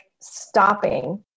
stopping